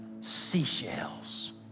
seashells